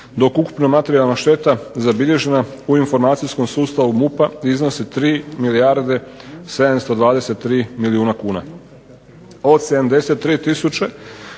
dok ukupna materijalna šteta zabilježena u informacijskom sustavu MUP-a iznosi 3 milijarde 723 milijuna kuna.